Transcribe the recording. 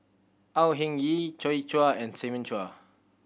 Au Hing Yee Joi Chua and Simon Chua